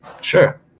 Sure